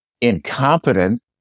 incompetent